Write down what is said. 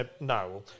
No